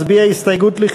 הסתייגות 106,